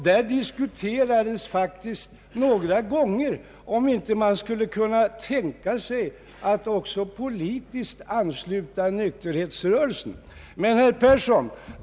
Där diskuterades faktiskt några gånger om man inte skulle kunna tänka sig att också ansluta nykterhetsrörelsen politiskt.